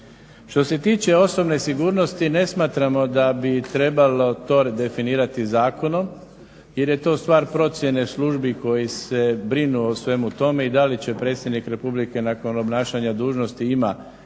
Što se tiče osobne sigurnosti, ne smatramo da bi trebalo to definirati zakonom jer je to stvar procjene službi koji se brinu o svemu tome i da li će predsjednik republike nakon obnašanja dužnosti imati